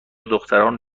دختران